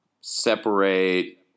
separate